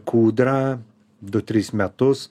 kūdrą du tris metus